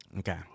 Okay